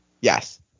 Yes